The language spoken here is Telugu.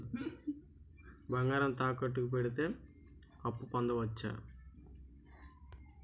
బంగారం తాకట్టు కి పెడితే అప్పు పొందవచ్చ?